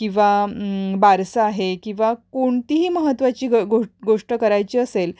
किंवा बारसं आहे किंवा कोणतीही महत्त्वाची ग गो गोष्ट करायची असेल